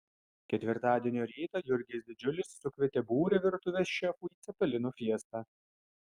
ketvirtadienio rytą jurgis didžiulis sukvietė būrį virtuvės šefų į cepelinų fiestą